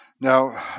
Now